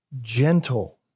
Gentle